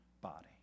body